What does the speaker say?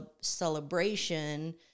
celebration